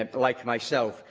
like myself.